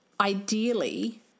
ideally